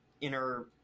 inner